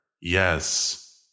Yes